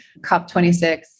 COP26